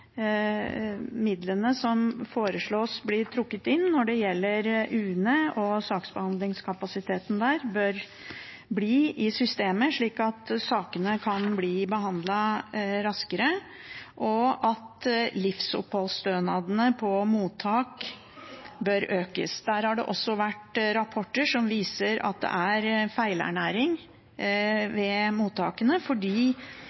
midlene som foreslås trukket inn når det gjelder UNE og saksbehandlingskapasiteten der, bør bli i systemet, slik at sakene kan bli behandlet raskere. Vi mener også at livsoppholdsstønadene på mottak bør økes. Det har vært rapporter som viser at det er feilernæring ved mottakene fordi